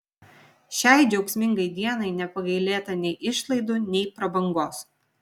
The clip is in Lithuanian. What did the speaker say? šiai džiaugsmingai dienai nepagailėta nei išlaidų nei prabangos